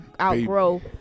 outgrow